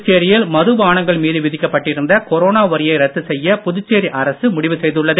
புதுச்சேரியில் மதுபாட்டில்கள் மீது விதிக்கப்பட்டிருந்த கொரோனா வரியை ரத்து செய்ய புதுச்சேரி அரசு முடிவு செய்துள்ளது